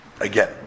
Again